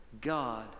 God